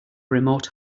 remote